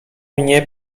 mnie